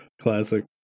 Classic